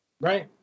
Right